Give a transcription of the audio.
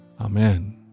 Amen